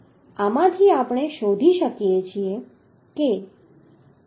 તેથી આમાંથી આપણે શોધી શકીએ છીએ કે 193